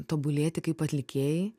tobulėti kaip atlikėjai